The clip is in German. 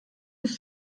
bis